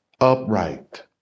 upright